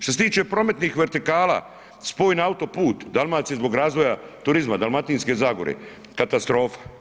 Što se tiče prometnih vertikala spoj na autoput Dalmacije zbog razvoja turizma, Dalmatinske zagore, katastrofa.